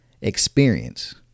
experience